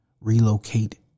Relocate